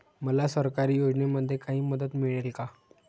मला सरकारी योजनेमध्ये काही मदत मिळेल का?